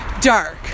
dark